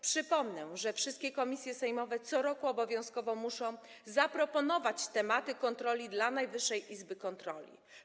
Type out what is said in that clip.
Przypomnę, że wszystkie komisje sejmowe co roku obowiązkowo muszą zaproponować tematy kontroli dla Najwyższej Izby Kontroli.